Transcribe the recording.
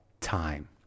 time